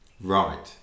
right